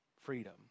freedom